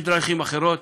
יש דרכים אחרות.